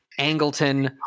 Angleton